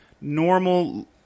normal